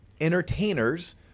entertainers